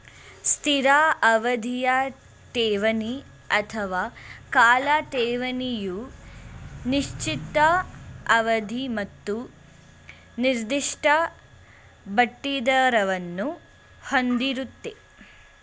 ಸ್ಥಿರ ಅವಧಿಯ ಠೇವಣಿ ಅಥವಾ ಕಾಲ ಠೇವಣಿಯು ನಿಶ್ಚಿತ ಅವಧಿ ಮತ್ತು ನಿರ್ದಿಷ್ಟ ಬಡ್ಡಿದರವನ್ನು ಹೊಂದಿರುತ್ತೆ